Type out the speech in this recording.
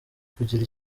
kugira